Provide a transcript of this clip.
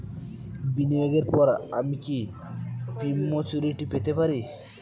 বিনিয়োগের পর আমি কি প্রিম্যচুরিটি পেতে পারি?